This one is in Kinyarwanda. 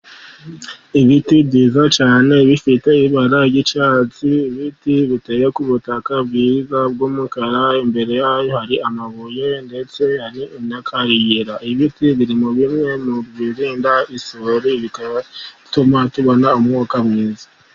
Ibiti byiza cyane, bifite ibara ry'icyatsi, ibiti biteye ku butaka bwiza bw'umukara, imbere hari amabuye ndetse hari n'akayira ,ibiti biri muri bimwe biturinda isuri, bikaba bituma tubona umwuka mwiza.